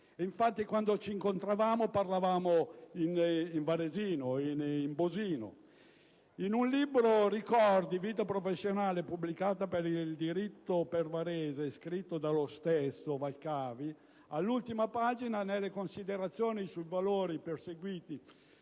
Infatti, quando ci incontravamo, parlavamo in varesino, in bosino. In un libro «Ricordi, vita professionale e pubblica per il diritto e per Varese», scritto dello stesso Valcavi, all'ultima pagina, nelle considerazioni sui valori perseguiti,